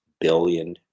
billion